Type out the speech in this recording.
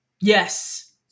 Yes